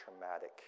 traumatic